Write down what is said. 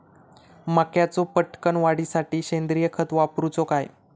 मक्याचो पटकन वाढीसाठी सेंद्रिय खत वापरूचो काय?